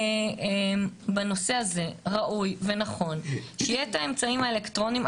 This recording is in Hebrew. בנושא הזה ראוי ונכון שיהיו את האמצעים האלקטרוניים,